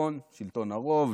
שלטון הרוב,